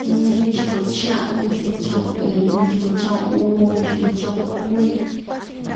Kumi, uñixiko cha'un, uñixiko cha'un iin, uñixiko cha'un uu, uñixiko cha'un kumi,